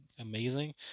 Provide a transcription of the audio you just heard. amazing